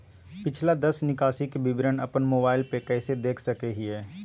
पिछला दस निकासी के विवरण अपन मोबाईल पे कैसे देख सके हियई?